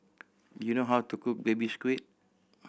do you know how to cook Baby Squid